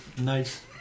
Nice